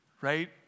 right